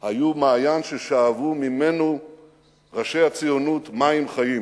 היו מעיין ששאבו ממנו ראשי הציונות מים חיים.